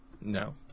No